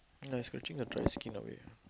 ya I scratching the dry skin away